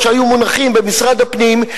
שהיו מונחים במשרד הפנים,